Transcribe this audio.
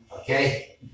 okay